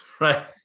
Right